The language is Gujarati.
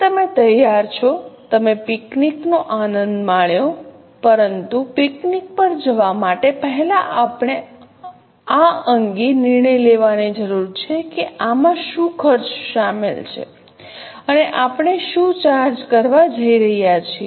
તેથી તમે તૈયાર છો તમે પિકનિક નો આનંદ માણ્યો પરંતુ પિકનિક પર જવા માટે પહેલા આપણે આ અંગે નિર્ણય લેવાની જરૂર છે કે આમાં શું ખર્ચ શામેલ છે અને આપણે શું ચાર્જ કરવા જઈ રહ્યા છીએ